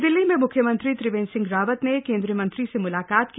नई दिल्ली में म्ख्यमंत्री त्रिवेंद्र सिंह रावत न केंद्रीय मंत्री स मुलाताक की